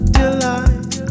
delight